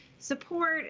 Support